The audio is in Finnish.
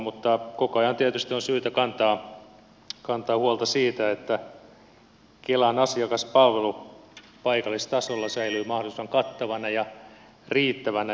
mutta koko ajan on tietysti syytä kantaa huolta siitä että kelan asiakaspalvelu paikallistasolla säilyy mahdollisimman kattavana ja riittävänä